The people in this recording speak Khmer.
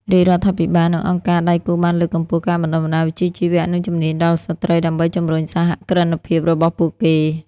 រាជរដ្ឋាភិបាលនិងអង្គការដៃគូបានលើកកម្ពស់ការបណ្តុះបណ្តាលវិជ្ជាជីវៈ និងជំនាញដល់ស្ត្រីដើម្បីជំរុញសហគ្រិនភាពរបស់ពួកគេ។